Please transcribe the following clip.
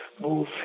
move